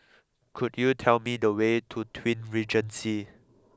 could you tell me the way to Twin Regency